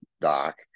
doc